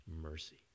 mercy